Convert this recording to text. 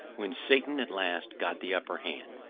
when satan at last got the upper hand.